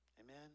Amen